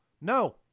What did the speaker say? No